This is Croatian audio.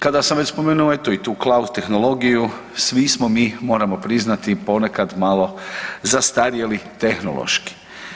Kada sam već spomenuo eto, i tu cloud tehnologiju, svi smo mi, moramo priznati ponekad malo zastarjeli tehnološki.